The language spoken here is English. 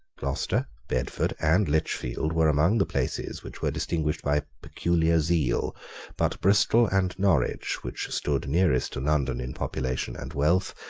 gloucester, bedford, and lichfield, were among the places which were distinguished by peculiar zeal but bristol and norwich, which stood nearest to london in population and wealth,